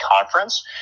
conference